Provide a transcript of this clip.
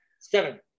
Seven